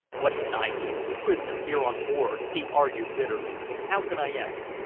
what can i do a prisoner here on board? he argued bitterly. how can i act?